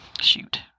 shoot